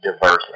diverse